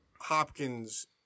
Hopkins